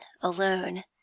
alone